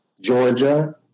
Georgia